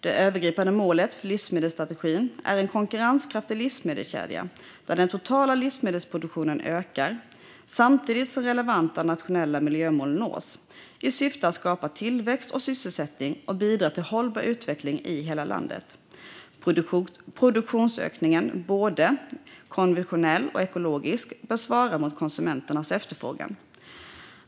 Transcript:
Det övergripande målet för livsmedelsstrategin är en konkurrenskraftig livsmedelskedja där den totala livsmedelsproduktionen ökar samtidigt som relevanta nationella miljömål nås, i syfte att skapa tillväxt och sysselsättning och bidra till hållbar utveckling i hela landet. Produktionsökningen, både konventionell och ekologisk, bör svara mot konsumenternas efterfrågan.